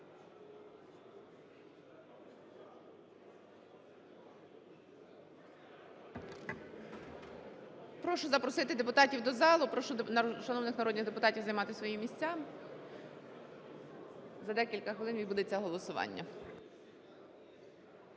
Прошу запросити депутатів до залу, прошу шановних народних депутатів займати свої місця, за декілька хвилин відбудеться голосування.